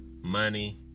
money